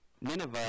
Nineveh